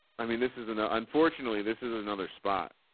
i mean, this is an, ah unfortunately this is another spot,